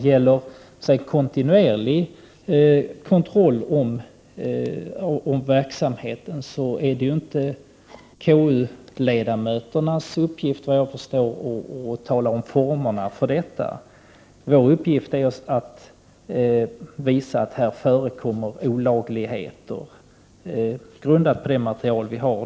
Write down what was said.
Vad beträffar kontinuerlig kontroll över verksamheten är det, vad jag förstår, inte KU-ledamöternas uppgift att tala om formerna för detta. Vår uppgift är att, på grundval av det material vi har, visa att här förekommer olagligheter.